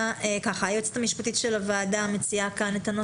היועצת המשפטית של הוועדה מציעה כאן את הנוסח.